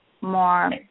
more